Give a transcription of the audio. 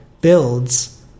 builds